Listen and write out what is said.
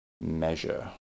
measure